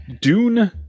dune